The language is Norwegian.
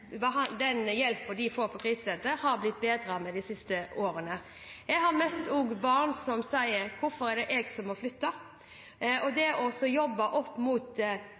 og den hjelpen barna får på krisesentrene, har blitt bedre de siste årene. Jeg har også møtt barn som sier: Hvorfor er det jeg som må flytte? Det har vært en kjepphest for meg å jobbe inn mot konfliktfylte familier. Derfor har vi også